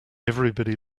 everybody